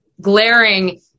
glaring